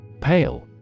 Pale